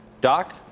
Doc